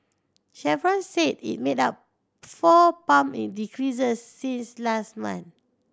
Chevron said it made four pump decreases since last month